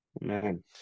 Man